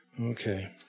Okay